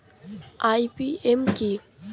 IPM কি?